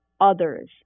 others